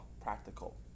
practical